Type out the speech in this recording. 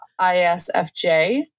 ISFJ